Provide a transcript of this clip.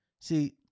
see